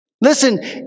listen